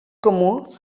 comú